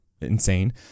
insane